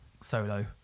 solo